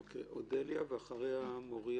אודליה, בבקשה.